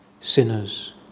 sinners